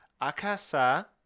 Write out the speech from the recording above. Akasa